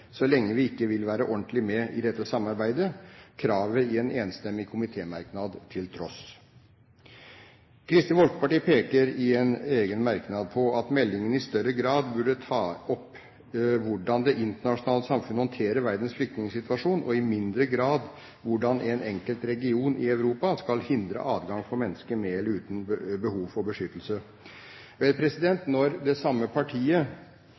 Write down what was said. så lenge vi ikke vil være ordentlig med i dette samarbeidet, kravet i en enstemmig komitémerknad til tross. Kristelig Folkeparti peker i en egen merknad på at meldingen i større grad burde ta opp hvordan det internasjonale samfunnet håndterer verdens flyktningsituasjon, og i mindre grad hvordan en enkelt region i Europa skal hindre adgang for mennesker med eller uten behov for beskyttelse. Vel, når det samme partiet